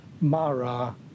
Mara